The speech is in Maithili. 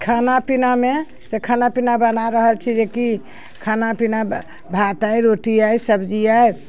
खाना पीनामे से खाना पीना बना रहल छी जेकि खाना पीना भात अइ रोटी अइ सब्जी अइ